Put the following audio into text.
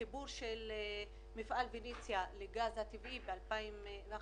החיבור של מפעל "פניציה" לגז הטבעי בהחלטת